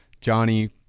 Johnny